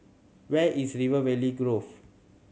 where is River Valley Grove